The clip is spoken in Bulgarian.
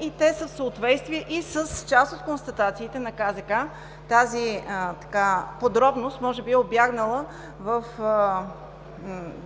и те са в съответствие и с част от констатациите на КЗК. Тази подробност може би е убягнала в